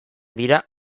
dira